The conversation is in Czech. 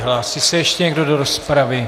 Hlásí se ještě někdo do rozpravy?